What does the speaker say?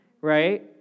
Right